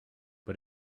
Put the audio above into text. but